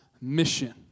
mission